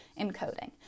encoding